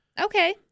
Okay